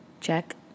check